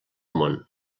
món